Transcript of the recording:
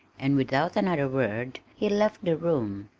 and without another word he left the room,